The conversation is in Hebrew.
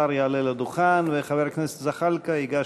השר יעלה לדוכן וחבר הכנסת זחאלקה ייגש